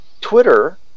Twitter